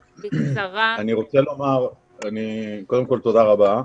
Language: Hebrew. אני רוצה לומר מספר דברים: